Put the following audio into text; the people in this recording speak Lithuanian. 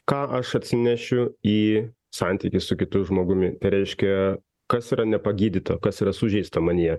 ką aš atsinešiu į santykį su kitu žmogumi tai reiškia kas yra nepagydyta kas yra sužeista manyje